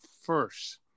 first